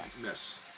miss